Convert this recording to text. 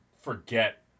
forget